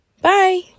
Bye